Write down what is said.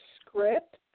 script